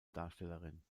darstellerin